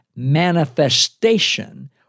manifestation